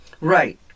Right